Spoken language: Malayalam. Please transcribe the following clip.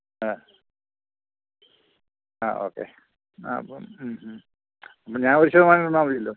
ആ ആ ഓക്കേ ആ അപ്പം ഞാൻ ഒരു ശതമാനം തന്നാൽ മതിയല്ലോ